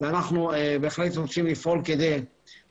אנחנו בטוחים שהוועדה, ואתה